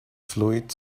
fluid